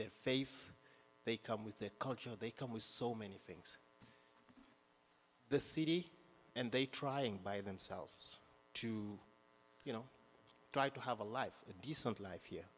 their fav they come with their culture they come with so many things the city and they trying by themselves to you know try to have a life a decent life here